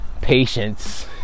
patience